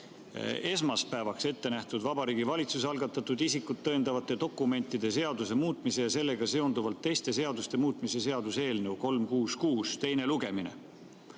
esmaspäevaks ette nähtud Vabariigi Valitsuse algatatud isikut tõendavate dokumentide seaduse muutmise ja sellega seonduvalt teiste seaduste muutmise seaduse eelnõu 366 teine lugemine.